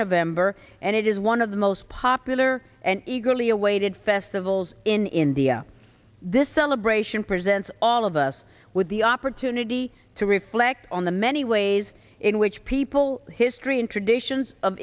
november and it is one of the most popular and eagerly awaited festivals in india this celebration presents all of us with the opportunity to reflect on the many ways in which people history and traditions of